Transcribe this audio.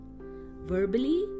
Verbally